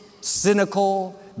cynical